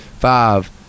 five